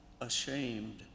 ashamed